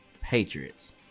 Patriots